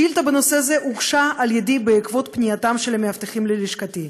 שאילתה בנושא זה הוגשה על ידי בעקבות פנייתם של המאבטחים ללשכתי.